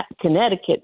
Connecticut